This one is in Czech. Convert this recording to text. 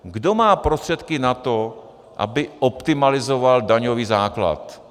Kdo má prostředky na to, aby optimalizoval daňový základ?